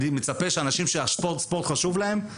אני מצפה מאנשים שהספורט חשוב להם,